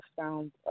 Found